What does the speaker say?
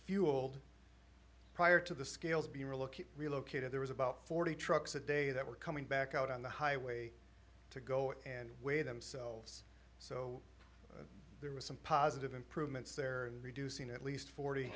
fueled prior to the scales be relocated there was about forty trucks a day that were coming back out on the highway to go and way themselves so there was some positive improvements there reducing at least forty